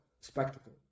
spectacle